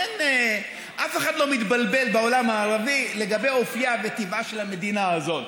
אף אחד לא מתבלבל בעולם הערבי לגבי אופייה וטיבה של המדינה הזאת,